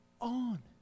on